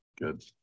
Good